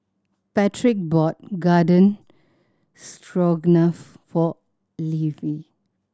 Patrick bought Garden Stroganoff for Ivie